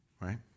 Right